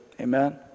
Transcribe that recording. amen